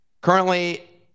Currently